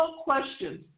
questions